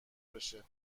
بشه